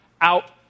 out